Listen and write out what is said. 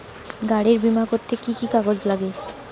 গাড়ীর বিমা করতে কি কি কাগজ লাগে?